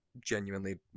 genuinely